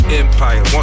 empire